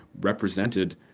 represented